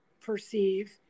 perceive